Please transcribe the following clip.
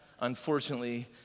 unfortunately